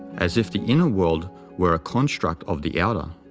as if the inner world were a construct of the outer.